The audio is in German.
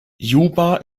juba